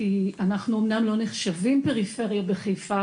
כי אנחנו אומנם לא נחשבים פריפריה בחיפה,